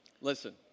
Listen